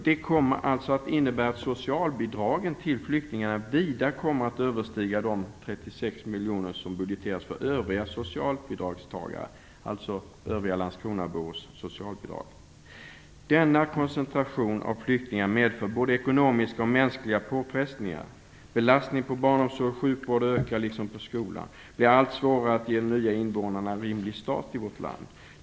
Det kommer också att innebära att socialbidragen till flyktingarna vida överstiger de 36 miljoner kronor som budgeteras för övriga socialbidragstagare, alltså kostnaden för övriga landskronabors socialbidrag. Denna koncentration av flyktingar medför både ekonomiska och mänskliga påfrestningar. Belastningen på barnomsorgen och sjukvården ökar, liksom på skolan. Det blir allt svårare att ge de nya invånarna en rimlig start i vårt land.